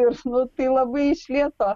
ir nu tai labai iš lėto